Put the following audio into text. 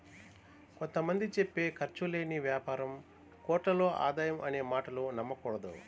కొంత మంది చెప్పే ఖర్చు లేని యాపారం కోట్లలో ఆదాయం అనే మాటలు నమ్మకూడదు